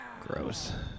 Gross